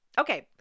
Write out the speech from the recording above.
Okay